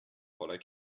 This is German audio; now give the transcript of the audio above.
voller